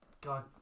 God